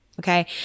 okay